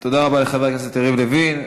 תודה רבה לחבר הכנסת יריב לוין.